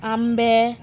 आंबे